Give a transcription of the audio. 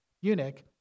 eunuch